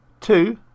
Two